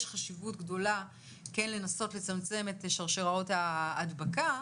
חשיבות הגדולה כן לנסות לצמצם את שרשראות ההדבקה.